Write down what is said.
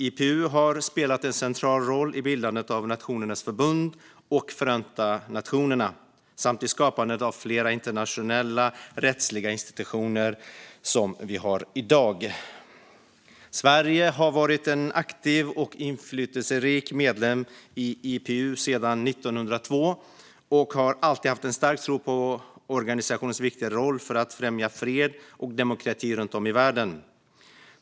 IPU har spelat en central roll i bildandet av Nationernas förbund och Förenta nationerna samt i skapandet av flera av de internationella rättsliga institutioner vi har i dag. Sverige har varit en aktiv och inflytelserik medlem i IPU sedan 1902 och har alltid haft en stark tro på organisationens viktiga roll för att främja fred och demokrati runt om i världen.